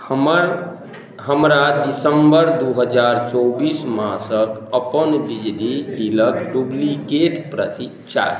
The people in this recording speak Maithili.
हमर हमरा दिसम्बर दुइ हजार चौबिस मासके अपन बिजली बिलके डुप्लिकेट प्रति चाही